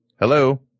Hello